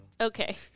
Okay